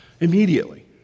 immediately